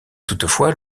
toutefois